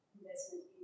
investment